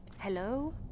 Hello